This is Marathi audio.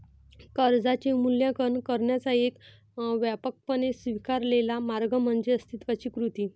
कर्जाचे मूल्यांकन करण्याचा एक व्यापकपणे स्वीकारलेला मार्ग म्हणजे अस्तित्वाची कृती